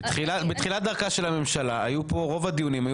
בתחילת דרכה של הממשלה רוב הדיונים שהיו